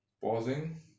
pausing